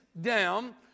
down